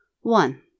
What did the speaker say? One